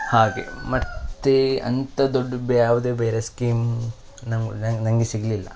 ಹಾಗೆ ಮತ್ತೆ ಅಂತ ದೊಡ್ಡ ಬ ಯಾವುದೇ ಬೇರೆ ಸ್ಕೀಮ್ ನಮ್ಗೆ ನಂಗೆ ನನಗೆ ಸಿಗಲಿಲ್ಲ